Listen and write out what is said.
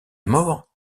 mort